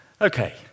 Okay